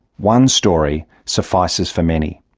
one story suffices for many.